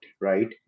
right